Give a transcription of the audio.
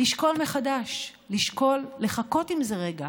לשקול מחדש, לשקול, לחכות עם זה רגע.